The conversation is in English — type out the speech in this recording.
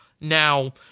Now